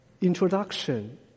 introduction